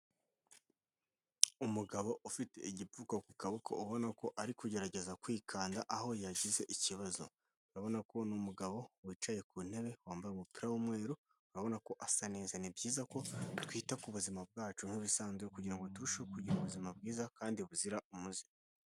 Umugabo ufite igipfuka ku kaboko ubona ko ari kugerageza kwikanda aho yagize ikibazo, urabona ko umugabo wicaye ku ntebe wambaye umupira w'umweru urabona ko asa neza. Ni byiza ko twita ku buzima bwacu nk'ibisanzwe kugira turusheho kugira ubuzima bwiza kandi buzira umuze.